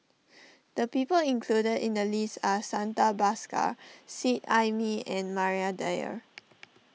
the people included in the list are Santha Bhaskar Seet Ai Mee and Maria Dyer